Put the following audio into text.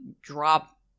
drop